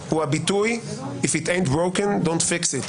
הוא הביטוי if it ain't broke don't fix it,